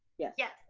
yes. yes,